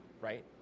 Right